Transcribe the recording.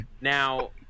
Now